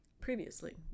previously